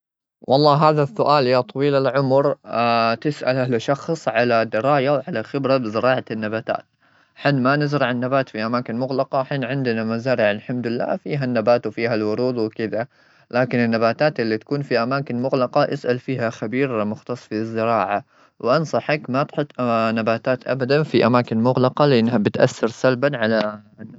والله، هذا السؤال يا طويل العمر، تسأله لشخص على دراية وعلى خبرة بزراعة النباتات. حنا ما نزرع النبات في أماكن مغلقة. الحين عندنا مزارع، الحمد لله، فيها النبات وفيها الورود وكذا. لكن النباتات اللي تكون في أماكن مغلقة، اسأل فيها خبير مختص في الزراعة. وانصحك ما تحط نباتات أبدا في أماكن مغلقة، لأنها بتأثر سلبا على الناس اللي عايشين جوا البيت.